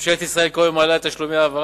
ממשלת ישראל כיום מעלה את תשלומי ההעברה